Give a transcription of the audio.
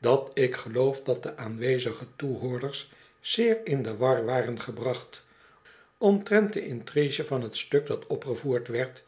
dat ik geloof dat de aanwezige toehoorders zeer in de war waren gebracht omtrent de intrige van t stuk dat opgevoerd werd